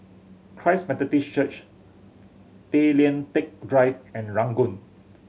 Christ Methodist Church Tay Lian Teck Drive and Ranggung